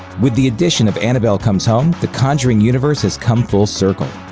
with the addition of annabelle comes home, the conjuring universe has come full circle.